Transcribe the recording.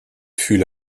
fut